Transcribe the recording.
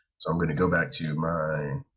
so, i'm going to go back to my